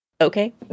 okay